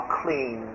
clean